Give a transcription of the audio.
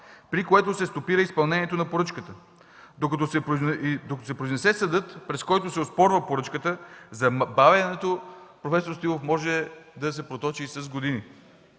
при което се стопира изпълнението на поръчката. Докато се произнесе съдът, пред който се оспорва поръчката, забавянето, проф. Станилов, може да се проточи с години.